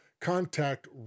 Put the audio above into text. contact